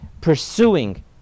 pursuing